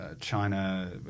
China